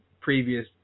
previous